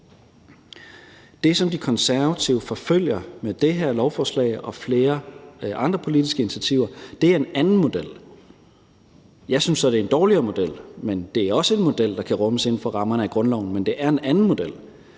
Det, som De Konservative forfølger med det her forslag og flere andre politiske initiativer, er en anden model. Jeg synes så, at det er en dårligere model, men det er også en model, der kan rummes inden for rammerne af grundloven. Men det er en anden model,